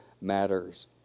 matters